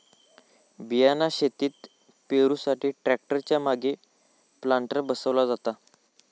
बियाणा शेतात पेरुसाठी ट्रॅक्टर च्या मागे प्लांटर बसवला जाता